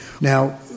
Now